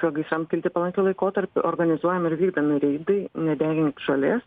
šiuo gaisram kilti palankiu laikotarpiu organizuojami ir vykdomi reidai nedegink žolės